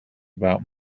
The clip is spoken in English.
about